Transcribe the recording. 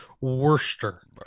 worcester